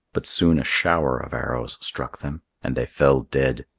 but soon a shower of arrows struck them and they fell dead,